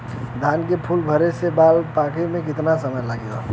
धान के फूल धरे से बाल पाके में कितना समय लागेला?